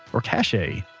or cache?